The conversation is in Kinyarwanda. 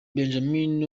benjamin